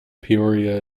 peoria